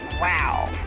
wow